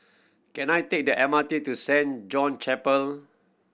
can I take the M R T to Saint John' Chapel